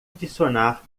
adicionar